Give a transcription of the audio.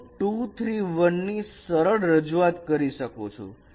હું 2 3 1 ની સરળ રજૂઆત કરી શકું છું